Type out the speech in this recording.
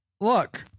look